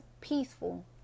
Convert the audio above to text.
peaceful